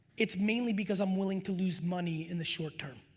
it's mainly because i'm willing to lose money in the short term.